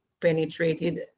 penetrated